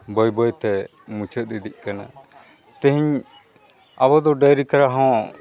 ᱵᱟᱹᱭ ᱵᱟᱹᱭᱛᱮ ᱢᱩᱪᱟᱹᱫ ᱤᱫᱤᱜ ᱠᱟᱱᱟ ᱛᱮᱦᱮᱧ ᱟᱵᱚ ᱫᱚ ᱰᱟᱹᱝᱨᱤ ᱠᱟᱰᱟ ᱦᱚᱸ